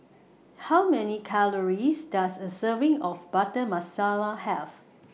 How Many Calories Does A Serving of Butter Masala Have